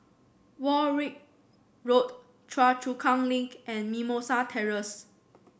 Warwick Road Choa Chu Kang Link and Mimosa Terrace